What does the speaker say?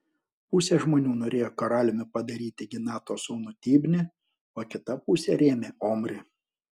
pusė žmonių norėjo karaliumi padaryti ginato sūnų tibnį o kita pusė rėmė omrį